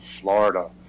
Florida